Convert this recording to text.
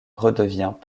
redevient